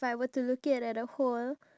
ya true